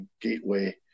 Gateway